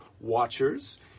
Watchers